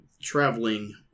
traveling